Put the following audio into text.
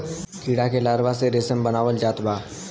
कीड़ा के लार्वा से रेशम बनावल जात बा